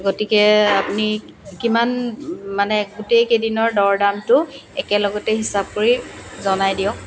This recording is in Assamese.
গতিকে আপুনি কিমান মানে গোটেইকেইদিনৰ দৰ দামটো একেলগতে হিচাপ কৰি জনাই দিয়ক